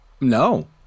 No